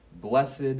Blessed